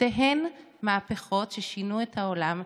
שתיהן מהפכות ששינו את העולם,